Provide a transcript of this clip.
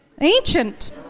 Ancient